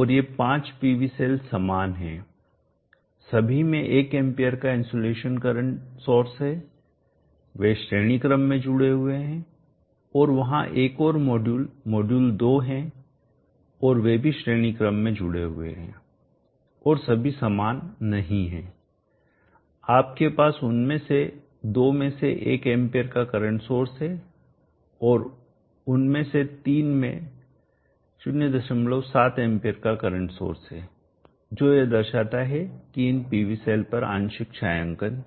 और ये पांच PV सेल समान हैं सभी में एक एंपियर का इंसुलेशन करंट सोर्स हैं वे श्रेणी क्रम में जुड़े हुए हैं और वहां एक और मॉड्यूल मॉड्यूल 2 हैं और वे भी श्रेणी क्रम में जुड़े हुए हैं और सभी समान नहीं हैं आपके पास उनमें से दो में एक एंपियर का करंट सोर्स हैं और उनमें से तीन में 07 एंपियर का करंट सोर्स है जो यह दर्शाता है कि इन PV सेल पर आंशिक छायांकन है